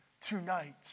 tonight